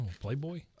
Playboy